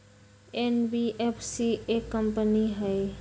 NBFC एक company हई?